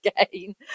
again